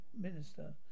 minister